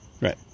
Right